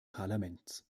parlaments